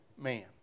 man